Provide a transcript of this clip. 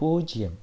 പൂജ്യം